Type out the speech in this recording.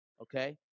Okay